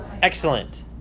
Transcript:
excellent